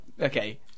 Okay